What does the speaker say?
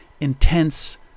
intense